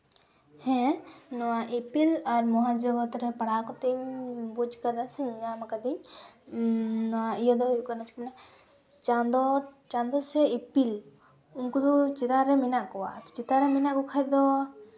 ᱦᱮᱸ ᱱᱚᱣᱟ ᱤᱯᱤᱞ ᱟᱨ ᱢᱚᱦᱟ ᱡᱚᱜᱚᱛ ᱨᱮ ᱯᱟᱲᱦᱟᱣ ᱠᱟᱛᱮ ᱤᱧ ᱵᱩᱡᱽ ᱠᱟᱫᱟ ᱥᱮ ᱧᱟᱢ ᱠᱟᱫᱟᱧ ᱱᱚᱣᱟ ᱤᱭᱟᱫᱚ ᱦᱩᱭᱩᱜ ᱠᱟᱱᱟ ᱪᱮᱫ ᱠᱟᱱᱟ ᱪᱟᱸᱫᱚ ᱪᱟᱸᱫᱚ ᱥᱮ ᱤᱯᱤᱞ ᱩᱱᱠᱩ ᱫᱚ ᱪᱮᱛᱟᱱ ᱨᱮ ᱢᱮᱱᱟᱜ ᱠᱚᱣᱟ ᱪᱮᱛᱟᱱᱨᱮ ᱢᱮᱱᱟᱜ ᱠᱚᱠᱷᱟᱡ ᱫᱚ